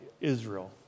Israel